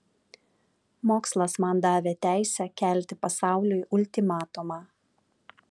mokslas man davė teisę kelti pasauliui ultimatumą